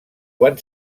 quan